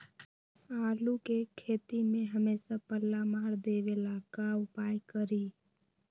आलू के खेती में हमेसा पल्ला मार देवे ला का उपाय करी?